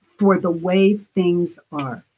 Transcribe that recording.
for the way things are.